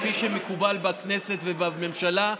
כפי שמקובל בכנסת ובממשלה,